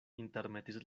intermetis